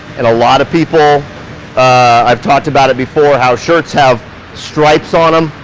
and a lot of people i've talked about it before, how shirts have stripes on them.